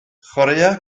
chwaraea